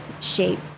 shape